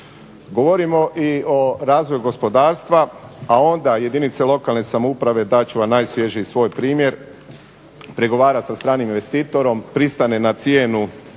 Govorimo i o razvoju gospodarstva, a onda jedinice lokalne samouprave dat ću vam najsvježiji svoj primjer pregovara sa stranim investitorom, pristane na cijenu